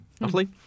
lovely